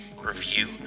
review